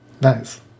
Nice